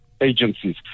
agencies